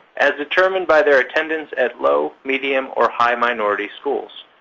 as determined by their attendance at low, medium, or high-minority schools.